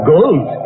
Gold